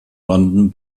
london